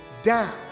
Down